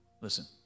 listen